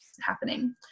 happening